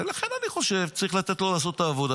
ולכן אני חושב, צריך לתת לו לעשות את העבודה.